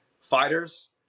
Fighters